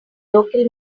local